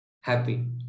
happy